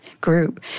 group